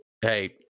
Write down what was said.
hey